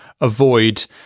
avoid